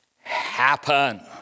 happen